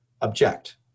object